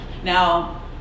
Now